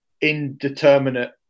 indeterminate